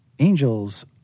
angels